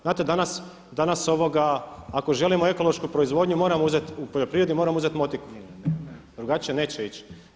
Znate danas, danas ako želimo ekološku proizvodnju moramo uzeti, u poljoprivredi moramo uzeti motiku, drugačije neće ići.